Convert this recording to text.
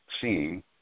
seeing